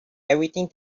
everything